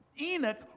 Enoch